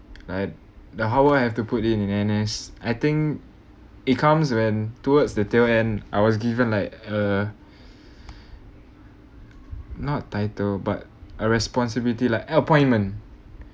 like the hard work I have to put in in N_S I think it comes when towards the tail end I was given like a not title but a responsibility like appointment